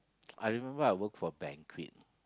I remember I work for banquet